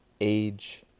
age